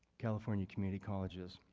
california community colleges.